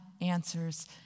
answers